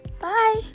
Bye